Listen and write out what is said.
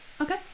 Okay